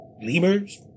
Lemurs